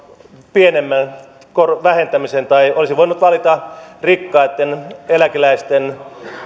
pienemmän vähentämisen tai olisi voinut valita rikkaitten eläkeläisten